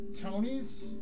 Tony's